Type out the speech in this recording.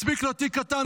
מספיק לו תיק קטן.